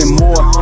more